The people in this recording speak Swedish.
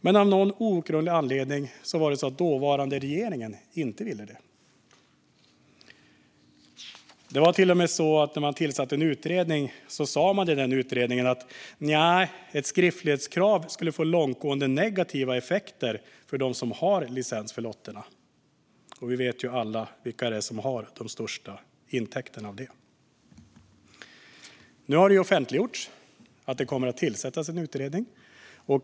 Men av någon outgrundlig anledning ville inte den dåvarande regeringen detta. När man tillsatte en utredning sa man till och med till den: Nja, ett skriftlighetskrav skulle få långtgående negativa effekter för dem som har licens för lotterna. Och vi vet ju alla vilka som har de största intäkterna av detta. Nu har det offentliggjorts att en utredning kommer att tillsättas.